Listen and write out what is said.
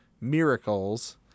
Miracles